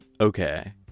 okay